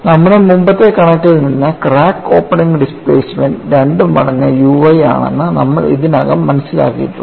നമ്മുടെ മുമ്പത്തെ കണക്കിൽ നിന്ന് ക്രാക്ക് ഓപ്പണിംഗ് ഡിസ്പ്ലേസ്മെന്റ് 2 മടങ്ങ് u y ആണെന്ന് നമ്മൾ ഇതിനകം മനസ്സിലാക്കിയിട്ടുണ്ട്